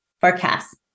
forecast